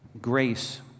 grace